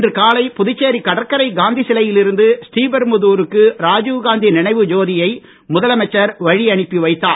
இன்று காலை புதுச்சேரி கடற்கரை காந்திசிலையில் இருந்து ஸ்ரீபெரும்புதூருக்கு ராஜீவ்காந்தி நினைவு ஜோதியை முதலமைச்சர் வழியனுப்பி வைத்தார்